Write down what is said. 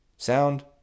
sound